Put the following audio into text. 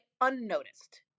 unnoticed